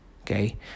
okay